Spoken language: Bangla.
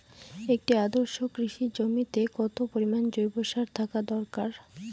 একটি আদর্শ কৃষি জমিতে কত পরিমাণ জৈব সার থাকা দরকার?